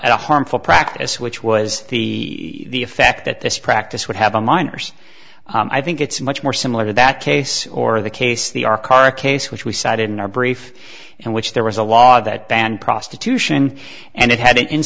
a a harmful practice which was the effect that this practice would have a minors i think it's much more similar to that case or the case the our car case which we cited in our brief and which there was a law that banned prostitution and it had an in